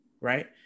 right